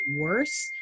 worse